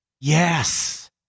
Yes